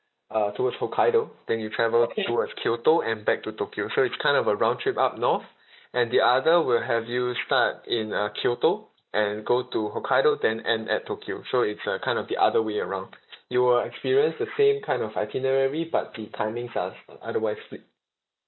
uh towards hokkaido then you travel towards kyoto and back to tokyo so it's kind of a round trip up north and the other will have you start in uh kyoto and go to hokkaido then end at tokyo so it's a kind of the other way around you will experience the same kind of itinerary but the timings are s~ otherwise switched